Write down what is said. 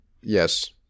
yes